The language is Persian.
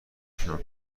تونم